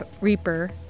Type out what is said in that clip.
Reaper